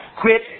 quit